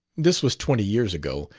this was twenty years ago,